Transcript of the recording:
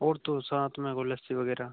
ओर तो साथ में वह लस्सी वगैरह